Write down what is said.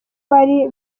bari